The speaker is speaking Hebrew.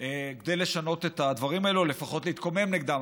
כדי לשנות את הדברים האלה, או לפחות להתקומם נגדם.